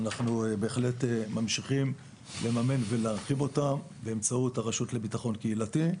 אנחנו בהחלט ממשיכים לממן ולהרחיב אותם באמצעות הרשות לביטחון קהילתי.